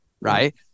right